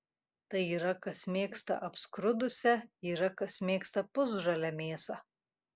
tai yra kas mėgsta apskrudusią yra kas mėgsta pusžalę mėsą